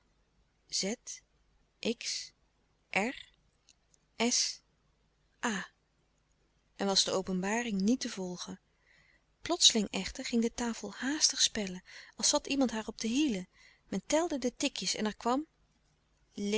en was de openbaring niet te volgen plotseling echter ging de tafel haastig spellen als zat iemand haar op de hielen men telde de tikjes en er kwam